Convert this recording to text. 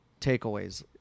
takeaways